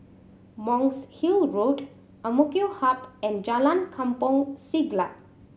Monk's Hill Road Ang Mo Kio Hub and Jalan Kampong Siglap